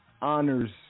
honors